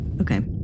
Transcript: Okay